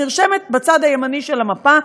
נרשמת בצד הימני של המפה,